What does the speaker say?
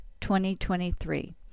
2023